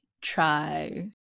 try